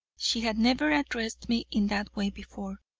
she had never addressed me in that way before.